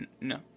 no